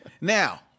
Now